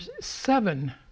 seven